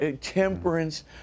temperance